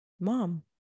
mom